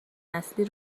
نسلی